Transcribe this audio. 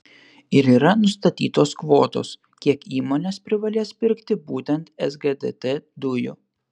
ir yra nustatytos kvotos kiek įmonės privalės pirkti būtent sgdt dujų